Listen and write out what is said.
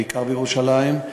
בעיקר בירושלים,